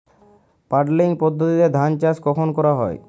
Puddling পদ্ধতিতে ধান চাষ কখন করা হয়?